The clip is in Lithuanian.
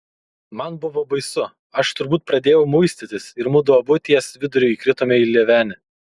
man buvo baisu aš turbūt pradėjau muistytis ir mudu abu ties viduriu įkritome į lėvenį